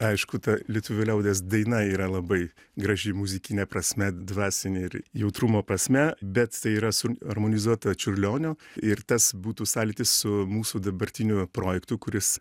aišku ta lietuvių liaudies daina yra labai graži muzikine prasme dvasine ir jautrumo prasme bet tai yra suharmonizuota čiurlionio ir tas būtų sąlytis su mūsų dabartiniu projektu kuris